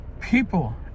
people